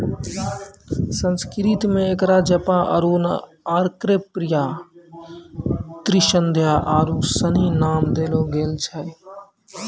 संस्कृत मे एकरा जपा अरुण अर्कप्रिया त्रिसंध्या आरु सनी नाम देलो गेल छै